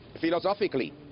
philosophically